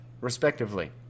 respectively